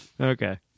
Okay